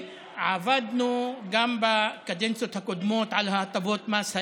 עבדנו גם בקדנציות הקודמות על הטבות המס האלה.